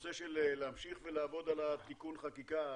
הנושא של להמשיך ולעבוד על תיקון החקיקה,